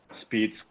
speeds